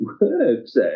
works